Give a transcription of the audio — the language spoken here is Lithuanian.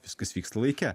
viskas vyksta laike